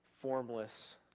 formless